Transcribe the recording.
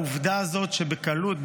על העובדה הזאת שבקלות,